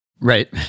Right